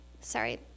sorry